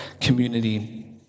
community